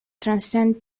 transcend